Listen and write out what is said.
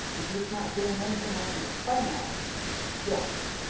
and he's not doing anything i can complain of yet.